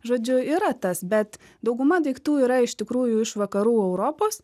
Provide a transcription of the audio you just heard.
žodžiu yra tas bet dauguma daiktų yra iš tikrųjų iš vakarų europos